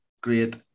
great